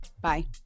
Bye